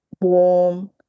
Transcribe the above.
Warm